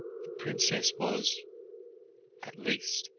the princess was at least,